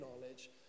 knowledge